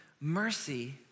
mercy